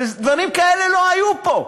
זה שדברים כאלה לא היו פה.